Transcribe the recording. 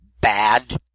bad